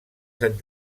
sant